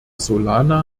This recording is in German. solana